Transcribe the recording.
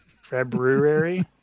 February